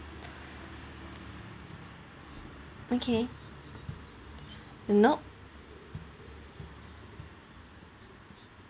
okay nope